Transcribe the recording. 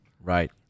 Right